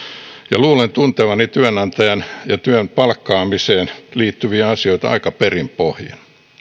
ja luulen tuntevani työnantajan ja työhön palkkaamiseen liittyviä asioita aika perin pohjin